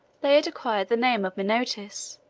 they had acquired the name of mainotes,